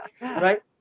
right